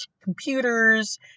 computers